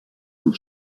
dans